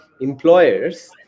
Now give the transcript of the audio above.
employers